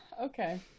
okay